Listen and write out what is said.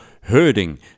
herding